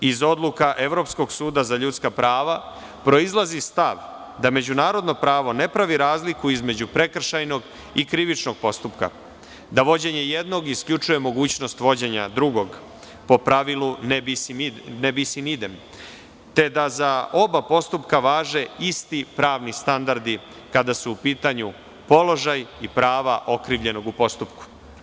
Iz odluka Evropskog suda za ljudska prava proizilazi stav da Međunarodno pravo ne pravi razliku između prekršajnog i krivičnog postupka, da vođenje jednog isključuje mogućnost vođenja drugog, po pravilu "Ne bis in idem" te da za oba postupka važe isti pravni standardi, kada su u pitanju položaj i prava okrivljenog u postupku.